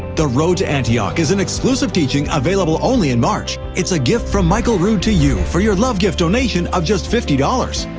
the road to antioch is an exclusive teaching available only in march. it's a gift from michael rood to you for your love gift donation of just fifty dollars.